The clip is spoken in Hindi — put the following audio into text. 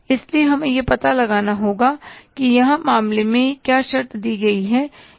इसलिए हमें यह पता लगाना होगा कि यहां मामले में क्या शर्तें दी गई हैं